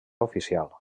oficial